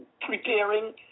preparing